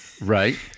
Right